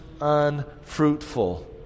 unfruitful